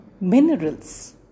minerals